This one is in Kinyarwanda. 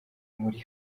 muri